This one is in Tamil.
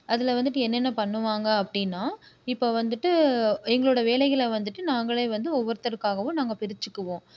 அதில் வந்துட்டு என்னென்ன பண்ணுவாங்க அப்படீன்னா இப்போ வந்துட்டு எங்களோடய வேலைகளை வந்துட்டு நாங்களே வந்து ஒவ்வொருத்தருக்காகவும் நாங்க பிரிச்சுக்குவோம்